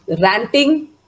ranting